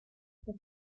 the